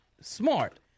Smart